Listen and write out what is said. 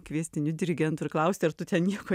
kviestiniu dirigentu ir klausti ar tu ten nieko